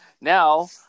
Now